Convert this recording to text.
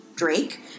Drake